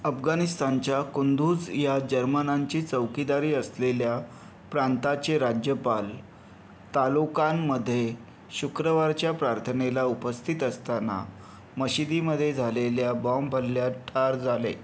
अफगाणिस्तानच्या कुंदुज या जर्मनांची चौकीदारी असलेल्या प्रांताचे राज्यपाल तालोकानमध्ये शुक्रवारच्या प्रार्थनेला उपस्थित असताना मशिदीमध्ये झालेल्या बॉम्ब हल्ल्यात ठार झाले